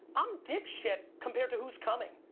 i'm dick shit compared to who's coming.